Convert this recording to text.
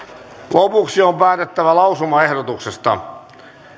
lopuksi on päätettävä lausumaehdotuksesta